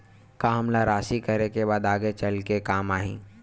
का हमला राशि करे के बाद आगे चल के काम आही?